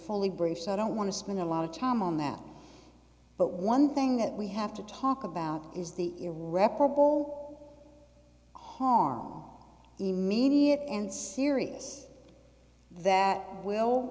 fully briefed so i don't want to spend a lot of time on that but one thing that we have to talk about is the irreparable harm immediate and serious that will